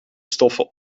stoffen